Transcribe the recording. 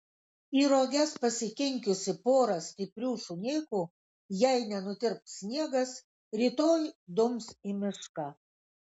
į roges pasikinkiusi porą stiprių šunėkų jei nenutirps sniegas rytoj dums į mišką